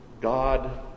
God